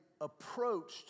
approached